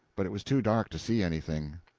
but it was too dark to see anything.